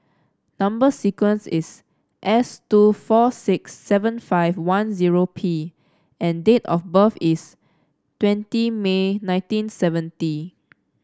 number sequence is S two four six seven five one zero P and date of birth is twenty May nineteen seventy